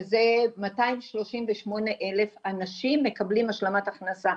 שזה מאתיים שלושים ושמונה אלף אנשים מקבלים השלמת הכנסה.